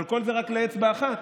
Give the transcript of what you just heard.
אבל כל זה רק לאצבע אחת.